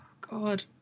God